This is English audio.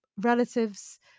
relatives